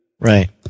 Right